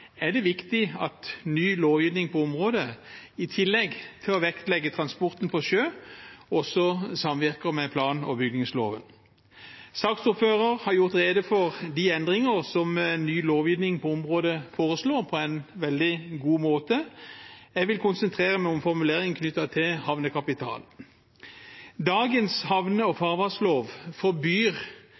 er det viktig at ny lovgivning på området i tillegg til å vektlegge transporten på sjø også samvirker med plan- og bygningsloven. Saksordføreren har på en veldig god måte gjort rede for de endringer som ny lovgivning på området foreslår. Jeg vil konsentrere meg om formuleringen knyttet til havnekapital. Dagens havne- og farvannslov forbyr